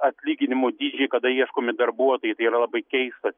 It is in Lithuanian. atlyginimų dydžiai kada ieškomi darbuotojai tai yra labai keista